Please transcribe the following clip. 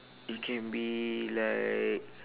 you can be like